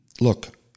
look